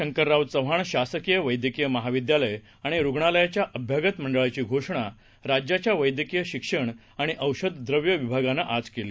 शंकररावचव्हाणशासकीयवैद्यकीयमहाविद्यालयआणिरूग्णालयाच्याअभ्यागतमंडळाचीघोषणाराज्या च्यावैद्यकीयशिक्षणआणिऔषधद्रव्येविभागानेआजकेली